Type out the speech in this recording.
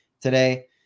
today